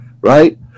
right